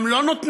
הם לא נותנים.